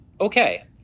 Okay